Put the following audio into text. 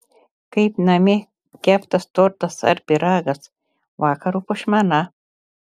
kaip namie keptas tortas ar pyragas vakaro puošmena